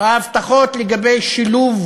ההבטחות לגבי שילוב